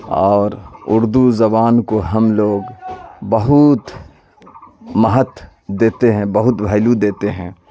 اور اردو زبان کو ہم لوگ بہت مہتو دیتے ہیں بہت وھیلو دیتے ہیں